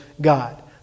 God